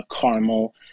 caramel